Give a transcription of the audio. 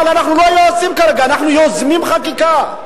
אבל אנחנו לא יועצים כרגע, אנחנו יוזמים חקיקה.